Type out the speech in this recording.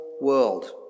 world